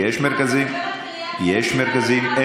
אתה מדבר על בית חם,